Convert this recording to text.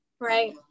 Right